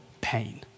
pain